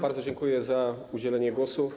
Bardzo dziękuję za udzielenie głosu.